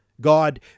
God